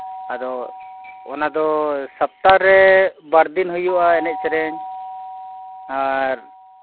ᱟᱫᱚ ᱚᱱᱟᱫᱚ ᱥᱚᱯᱛᱟᱦᱚᱨᱮ ᱵᱟᱨᱫᱤᱱ ᱦᱩᱭᱩᱜᱼᱟ ᱮᱱᱮᱡᱼᱥᱮᱨᱮᱧ ᱟᱨ